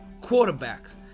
quarterbacks